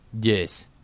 Yes